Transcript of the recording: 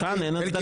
כאן אין הצדקה.